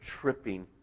tripping